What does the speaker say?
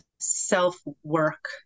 self-work